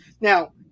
Now